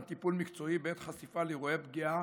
טיפול מקצועי בעת חשיפה לאירועי פגיעה